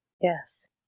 Yes